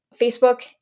Facebook